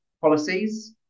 policies